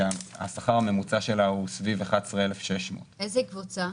שהשכר הממוצע שלה הוא סביב 11,600. איזו קבוצה?